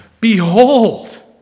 Behold